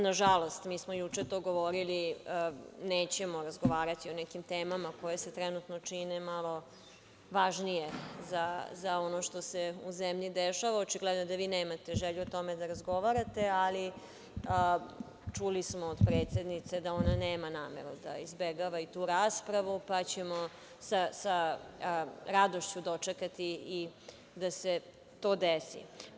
Nažalost, mi smo juče to govorili, nećemo razgovarati o nekim temama koje se trenutno čine malo važnijim za ono što se u zemlji dešava, očigledno je da vi nemate želju da o tome razgovarate, ali čuli smo od predsednice da ona nema nameru da izbegava i tu raspravu, pa ćemo sa radošću dočekati i da se to desi.